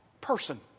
person